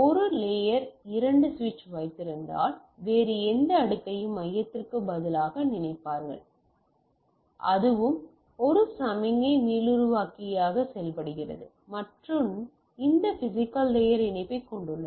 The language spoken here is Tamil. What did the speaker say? ஒரு லேயர் இரண்டு சுவிட்ச் வைத்திருந்தால் வேறு எந்த அடுக்கையும் மையத்திற்கு பதிலாக நினைப்பார்கள் அதுவும் ஒரு சமிக்ஞை மீளுருவாக்கியாக செயல்படுகிறது மற்றும் இந்த பிசிக்கல் லேயர் இணைப்பைக் கொண்டுள்ளது